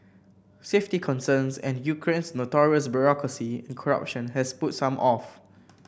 safety concerns and Ukraine's notorious bureaucracy and corruption has put some off